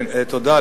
כן, תודה.